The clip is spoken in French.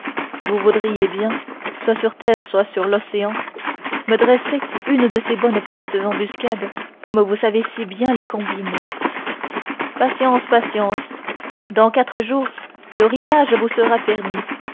vous voudriez bien soit sur terre soit sur l'océan me dresser une de ces bonnes petites embuscades comme vous savez si bien les combiner patience patience dans quatre jours le rivage vous sera permis